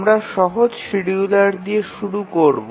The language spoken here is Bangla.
আমরা সহজ শিডিয়ুলার দিয়ে শুরু করব